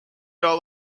all